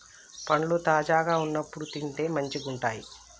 పండ్లు తాజాగా వున్నప్పుడే తింటే మంచిగుంటయ్